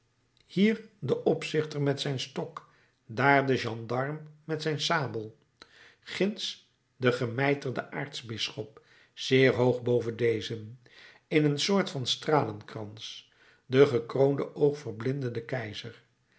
hier den opzichter met zijn stok dààr den gendarm met zijn sabel ginds den gemijterden aartsbisschop zeer hoog boven dezen in een soort van stralenkrans den gekroonden oogverblindenden keizer